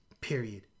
Period